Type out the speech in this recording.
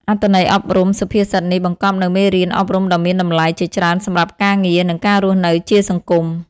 អត្ថន័យអប់រំសុភាសិតនេះបង្កប់នូវមេរៀនអប់រំដ៏មានតម្លៃជាច្រើនសម្រាប់ការងារ និងការរស់នៅជាសង្គម។